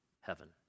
heaven